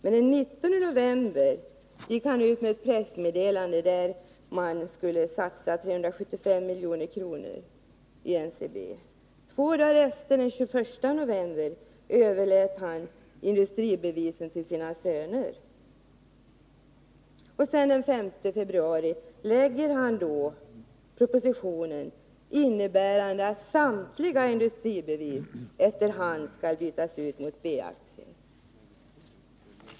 Den 19 november gick han ut med ett pressmeddelande där han sade att staten skulle satsa 375 milj.kr. i NCB. Två dagar efteråt, den 21 november, överlät han industribevisen till sina söner. Den 5 februari lade han fram en proposition om att samtliga industribevis efter hand skall bytas ut mot B-aktier.